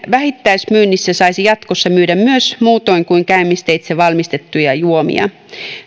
vähittäismyynnissä saisi jatkossa myydä myös muutoin kuin käymisteitse valmistettuja juomia